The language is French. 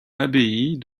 abbaye